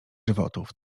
żywotów